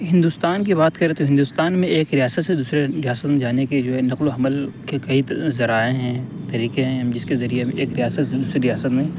ہندوستان کی بات کریں تو ہندوستان میں ایک ریاست سے دوسرے ریاست میں جانے کے جو ہے نقل و حمل کے کئی ذرائع ہیں طریقے ہیں جس کے ذریعے ایک ریاست دوسرے ریاست میں